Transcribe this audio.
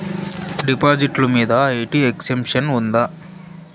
డిపాజిట్లు మీద IT exemption ఉందా?